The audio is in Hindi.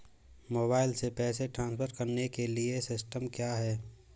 मोबाइल से पैसे ट्रांसफर करने के लिए सिस्टम क्या है?